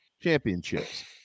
championships